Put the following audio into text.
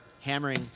hammering